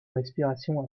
respiration